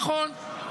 נכון,